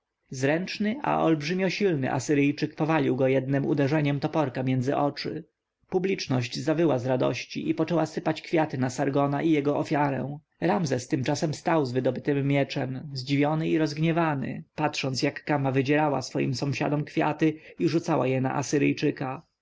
zręczny a olbrzymio silny asyryjczyk powalił go jednem uderzeniem toporka między oczy publiczność zawyła z radości i poczęła sypać kwiaty na sargona i jego ofiarę ramzes tymczasem stał z wydobytym mieczem zdziwiony i rozgniewany patrząc jak kama wydzierała swoim sąsiadom kwiaty i rzucała je na asyryjczyka